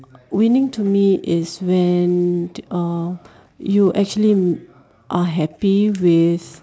winning to me is when uh you actually are happy with